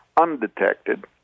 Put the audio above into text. undetected